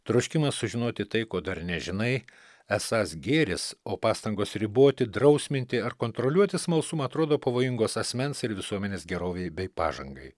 troškimas sužinoti tai ko dar nežinai esąs gėris o pastangos riboti drausminti ar kontroliuoti smalsumą atrodo pavojingos asmens ir visuomenės gerovei bei pažangai